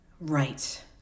Right